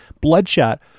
bloodshot